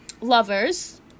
lovers